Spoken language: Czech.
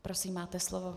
Prosím, máte slovo.